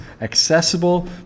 accessible